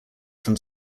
from